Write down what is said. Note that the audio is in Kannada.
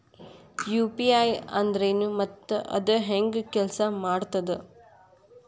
ಯು.ಪಿ.ಐ ಅಂದ್ರೆನು ಮತ್ತ ಅದ ಹೆಂಗ ಕೆಲ್ಸ ಮಾಡ್ತದ